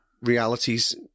realities